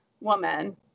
woman